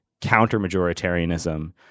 counter-majoritarianism